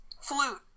Flute